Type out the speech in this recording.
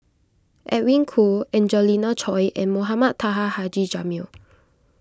Edwin Koo Angelina Choy and Mohamed Taha Haji Jamil